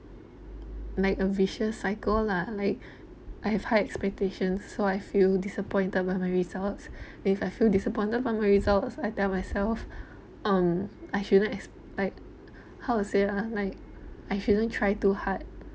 like a vicious cycle lah like I have high expectations so I feel disappointed by my results if I feel disappointed by my results I tell myself um I shouldn't ex like how to say ah like I shouldn't try too hard